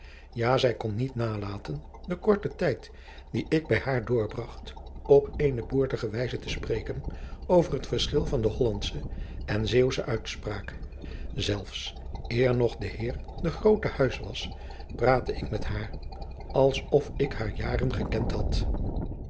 ja zij kon niet nalaten den korten tijd dien ik bij haar doorbragt op eene boertige wijze te spreken over het verschil van de hollandsche en zeeuwsche uitspraak zelfs eer nog de heer de groot te huis was praatte ik met haar als of ik haar jaren gekend had